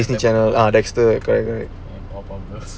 disney channel dexter correct correct ya